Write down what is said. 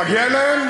לא מגיע להם?